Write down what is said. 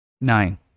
nine